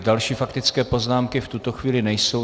Další faktické poznámky v tuto chvíli nejsou.